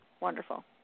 wonderful